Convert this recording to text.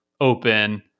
open